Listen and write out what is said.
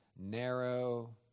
narrow